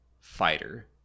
fighter